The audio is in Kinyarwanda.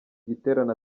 giterane